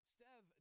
Stev